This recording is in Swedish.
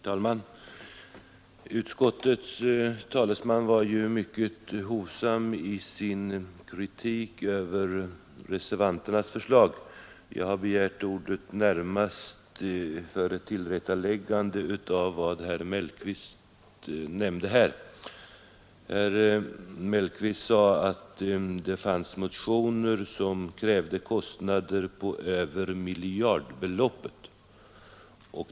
Herr talman! Utskottets talesman var mycket hovsam i sin kritik mot reservanternas förslag. Jag har begärt ordet närmast för att göra ett tillrättaläggande av vad herr Mellqvist sade. Herr Mellqvist sade att det fanns motioner vilkas krav skulle medföra kostnader på över en miljard kronor.